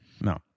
no